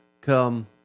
come